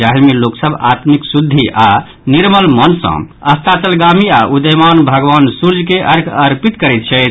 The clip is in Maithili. जाहि मे लोकसभ आत्मिक शुद्धि आओर निर्मल मन सँ अस्ताचलगामी आओर उदयमान भगवान सूर्य के अध्य अर्पित करैत छथि